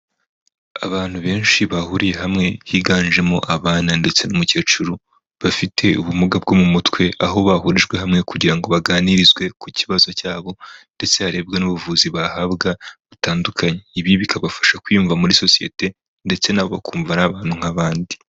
Abantu benshi bahuriye hamwe higanjemo abana ndetse n'umukecuru bafite ubumuga bwo mu mutwe, aho bahurijwe hamwe kugira ngo baganirizwe ku kibazo cyabo ndetse harebwa n'ubuvuzi bahabwa butandukanye. Ibi bikabafasha kwiyumva muri sosiyete ndetse nabo bakumva ari abantu nk'abandi.